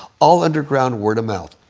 all underground word of mouth.